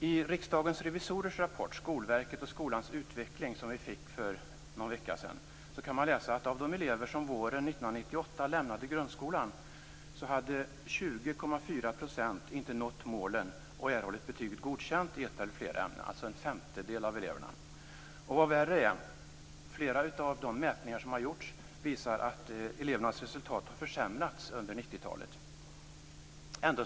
I Riksdagens revisorers rapport Skolverket och skolans utveckling som vi fick för någon vecka sedan kan man läsa att 20,4 % av de elever som våren 1998 lämnade grundskolan inte hade nått målen och erhållit betyget godkänt i ett eller flera ämnen. Det är alltså en femtedel av eleverna. Vad som är värre är att flera av de mätningar som har gjorts visar att elevernas resultat har försämrats under 1990-talet.